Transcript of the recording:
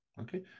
Okay